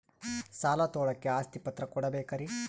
ಸಾಲ ತೋಳಕ್ಕೆ ಆಸ್ತಿ ಪತ್ರ ಕೊಡಬೇಕರಿ?